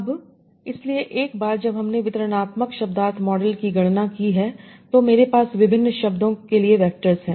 अब इसलिए एक बार जब हमने वितरणात्मक शब्दार्थ मॉडल की गणना की है तो मेरे पास विभिन्न शब्दों के लिए वैक्टर हैं